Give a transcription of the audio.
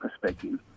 perspective